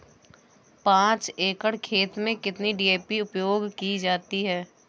पाँच एकड़ खेत में कितनी डी.ए.पी उपयोग की जाती है?